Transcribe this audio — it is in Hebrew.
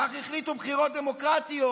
כך החליטו בבחירות דמוקרטיות.